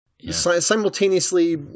simultaneously